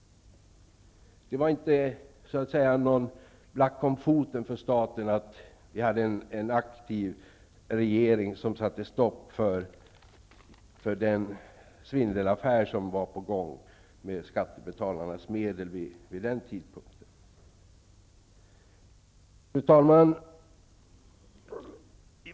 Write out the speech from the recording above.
Det var inte någon black om foten för staten att regeringen var aktiv och satte stopp för den svindelaffär som var på gång med skattebetalarnas medel vid den tidpunkten. Fru talman!